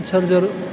charger